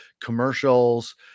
commercials